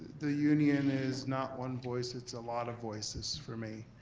the union is not one voice, it's a lot of voices for me.